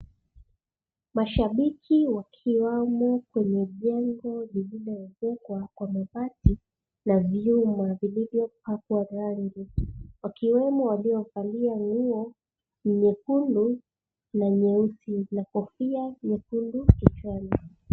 Mashabiki wakiwamo kwenye jengo lililoezekwa kwa mabati na vyuma vilivyopakwa rangi wakiwemo waliovalia nguo, nyekundu na nyeusi na kofia nyekundu kichwani.